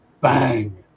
Bang